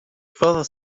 further